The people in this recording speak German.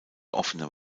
offene